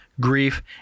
grief